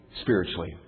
spiritually